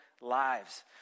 lives